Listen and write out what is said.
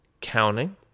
counting